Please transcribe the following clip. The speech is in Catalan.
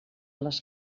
les